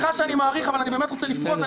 סליחה שאני מאריך אבל אני באמת רוצה לפרוס הכול,